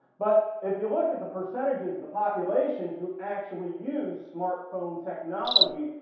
but if you look at the percentages of the population who actually use smartphone technology,